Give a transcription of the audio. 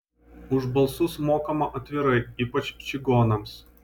už balsus mokama atvirai ypač čigonams